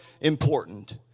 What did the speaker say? important